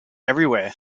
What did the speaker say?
everywhere